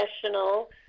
professional